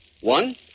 One